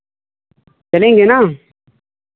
चलेंगे ना